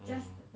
mm